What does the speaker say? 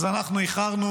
אז אנחנו איחרנו